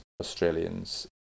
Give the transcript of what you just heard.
Australians